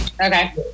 okay